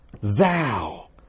Thou